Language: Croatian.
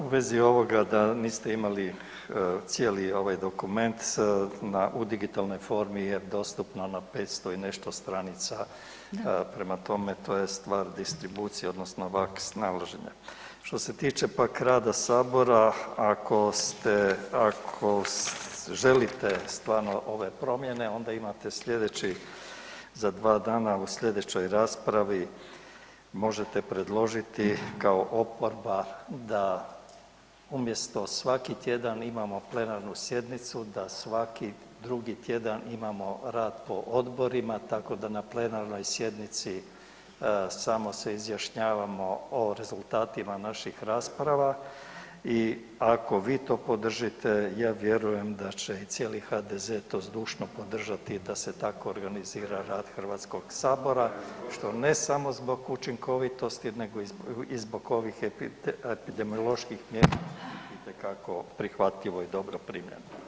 U vezi ovoga da niste imali cijeli ovaj dokument, u digitalnoj formi je dostupno na 500 i nešto strancima, to je stvar distribucije, odnosno ... što se tiče pak rada Sabora, ako ste, ako želite stvarno ove promjene, onda imate sljedeći za 2 dana u sljedećoj raspravi možete predložiti kao oporba da umjesto svaki tjedan imamo plenarnu sjednicu, da svaki drugi tjedan imamo rad po odborima, tako da na plenarnoj sjednici samo se izjašnjavamo o rezultatima naših rasprava i ako vi to podržite, ja vjerujem da će i cijeli HDZ to zdušno podržati da se tako organizira rad HS-a, što ne samo zbog učinkovitosti, nego i zbog epidemioloških mjera itekako prihvatljivo i dobro primljeno.